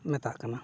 ᱢᱮᱛᱟᱜ ᱠᱟᱱᱟ